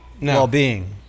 well-being